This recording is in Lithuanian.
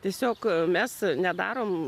tiesiog mes nedarom